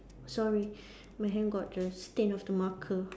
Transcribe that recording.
sorry my hand got the stain of the marker